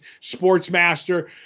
Sportsmaster